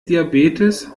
diabetes